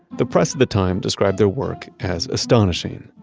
the press at the time described their work as astonishing.